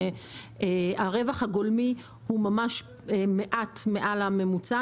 הרווח הגולמי הוא ממש מעט מעל הממוצע.